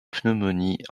pneumonie